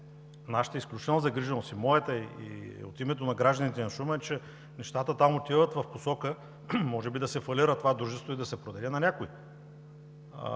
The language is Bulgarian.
нашата изключителна загриженост – моята и от името на гражданите на Шумен, че нещата там отиват в посока може би да се фалира това дружество и да се продаде на някого.